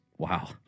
Wow